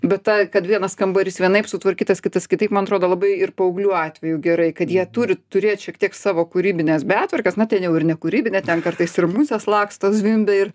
bet tą kad vienas kambarys vienaip sutvarkytas kitas kitaip man atrodo labai ir paauglių atveju gerai kad jie turi turėt šiek tiek savo kūrybinės betvarkės na ten jau ir nekūrybinė ten kartais ir musės laksto zvimbia ir